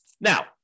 Now